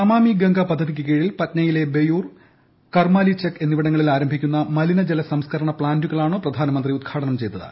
നമാമി ഗംഗ പദ്ധതിയ്ക്ക് കീഴിൽ പറ്റ്നയിലെ ബെയുർ കർമാലിചക് എന്നിവിടങ്ങളിൽ ആരംഭിക്കുന്ന മലിനജല സംസ്കരണ പ്ലാന്റുകളാണ് പ്രധാനമന്ത്രി ഉദ്ഘാടനം ചെയ്തത്